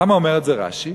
למה אומר את זה רש"י?